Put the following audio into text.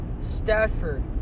Stafford